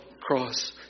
cross